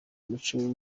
muco